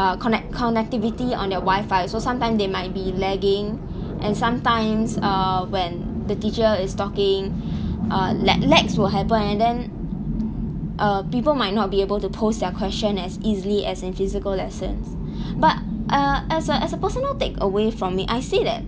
uh connect connectivity on the wifi so sometimes they might be lagging and sometimes uh when the teacher is talking uh lag lags will happen and then err people might not be able to post their question as easily as in physical lessons but uh as a as a personal take away from me I see that